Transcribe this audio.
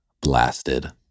blasted